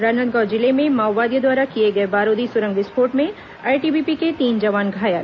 राजनांदगांव जिले में माओवादियों द्वारा किए गए बारूदी सुरंग विस्फोट में आईटीबीपी के तीन जवान घायल